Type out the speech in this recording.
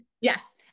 Yes